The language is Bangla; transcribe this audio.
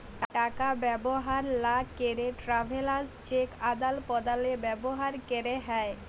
টাকা ব্যবহার লা ক্যেরে ট্রাভেলার্স চেক আদাল প্রদালে ব্যবহার ক্যেরে হ্যয়